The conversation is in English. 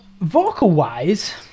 vocal-wise